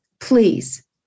please